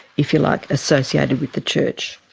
if you like, associated with the church?